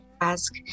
ask